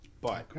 Bye